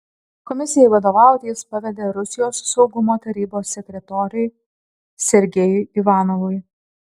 komisijai vadovauti jis pavedė rusijos saugumo tarybos sekretoriui sergejui ivanovui